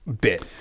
Bit